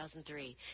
2003